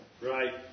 Right